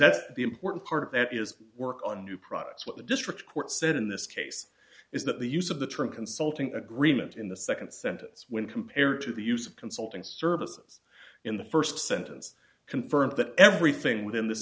that's the important part of that is work on new products what the district court said in this case is that the use of the term consulting agreement in the second sentence when compared to the use of consulting services in the first sentence confirms that everything within this